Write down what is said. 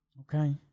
Okay